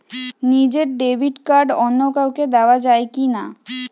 নিজের debit card অন্য কাউকে দেওয়া যায় কি না?